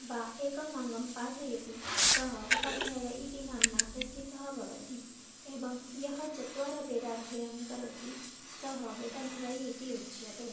वा एकम् अङ्गं पाठयति सः उपाध्यायः इति नाम्ना प्रसिद्धः भवति एवं च यः चत्वारः वेदाध्ययनं करोति सः वेदाध्यायी इति उच्यते